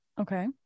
Okay